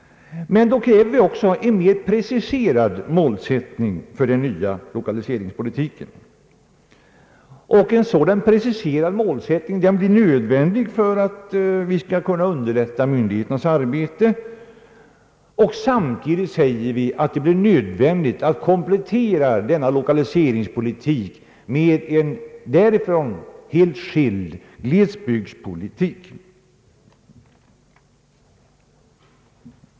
Vi kräver också en mer preciserad målsättning för den nya lokaliseringspolitiken, och en sådan preciserad målsättning blir nödvändig för att underlätta myndigheternas arbete. Samtidigt säger vi att det blir nödvändigt att komplettera den na lokaliseringspolitik med en därifrån helt skild glesbygdspolitik.